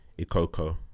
Ikoko